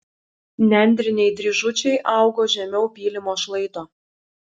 nendriniai dryžučiai augo žemiau pylimo šlaito